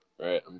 Right